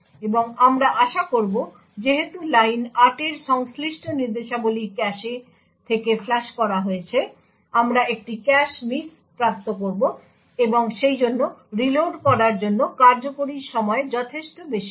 এবং আমরা আশা করব যেহেতু লাইন 8 এর সংশ্লিষ্ট নির্দেশাবলী ক্যাশে থেকে ফ্লাশ করা হয়েছে আমরা একটি ক্যাশ মিস প্রাপ্ত করব এবং সেইজন্য রিলোড করার জন্য কার্যকরী সময় যথেষ্ট বেশি হবে